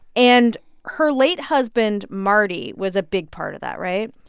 and her late husband, marty, was a big part of that, right?